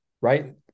right